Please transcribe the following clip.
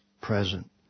present